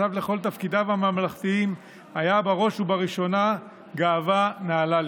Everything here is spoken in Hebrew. שנוסף לכל תפקידיו הממלכתיים היה בראש ובראשונה גאווה נהללית,